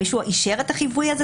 מישהו אישר את החיווי הזה,